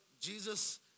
Jesus